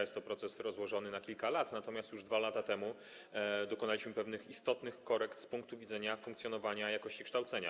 Jest to proces rozłożony na kilka lat, natomiast już 2 lata temu dokonaliśmy pewnych istotnych korekt z punktu widzenia funkcjonowania szkolnictwa i jakości kształcenia.